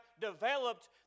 developed